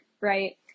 right